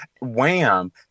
Wham